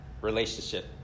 relationship